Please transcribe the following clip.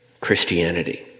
Christianity